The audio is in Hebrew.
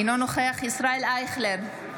אינו נוכח ישראל אייכלר,